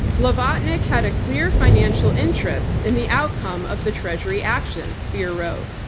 blavatnik had a clear financial interest in the outcome of the treasury actions speier wrote.